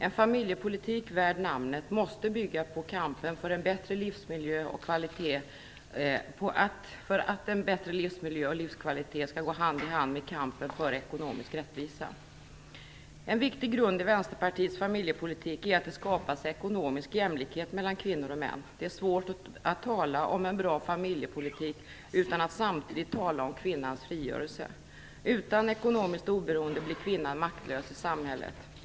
En familjepolitik värd namnet måste bygga på att kampen för en bättre livsmiljö och livskvalitet går hand i hand med kampen för ekonomisk rättvisa. En viktig grund i Vänsterpartiets familjepolitik är att det skapas ekonomisk jämlikhet mellan kvinnor och män. Det är svårt att tala om en bra familjepolitik utan att samtidigt tala om kvinnans frigörelse. Utan ekonomiskt oberoende blir kvinnan maktlös i samhället.